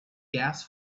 gas